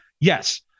Yes